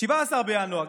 17 בינואר,